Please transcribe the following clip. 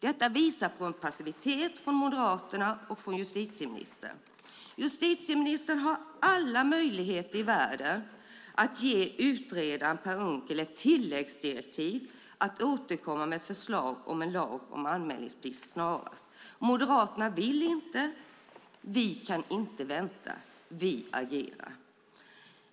Detta visar på passivitet från Moderaterna och justitieministern. Justitieministern har alla möjligheter i världen att ge utredaren Per Unckel ett tilläggsdirektiv att återkomma med ett förslag om en lag om anmälningsplikt snarast. Moderaterna vill inte. Vi kan inte vänta. Vi agerar.